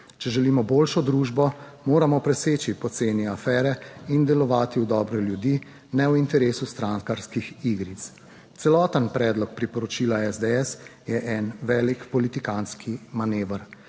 Če želimo boljšo družbo, moramo preseči poceni afere in delovati v dobro ljudi, ne v interesu strankarskih igric. Celoten predlog priporočila SDS je en velik politikantski manever.